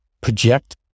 project